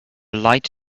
light